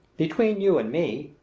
between you and me,